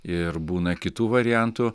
ir būna kitų variantų